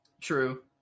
True